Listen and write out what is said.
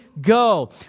go